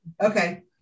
okay